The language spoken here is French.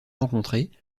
rencontrée